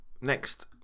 next